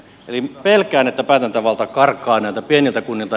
eli pelkään että päätäntävalta karkaa näiltä pieniltä kunnilta